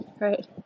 right